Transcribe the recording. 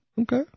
Okay